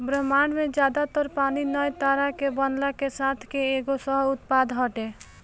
ब्रह्माण्ड में ज्यादा तर पानी नया तारा के बनला के साथ के एगो सह उत्पाद हटे